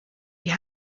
die